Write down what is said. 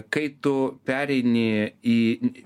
kai tu pereini į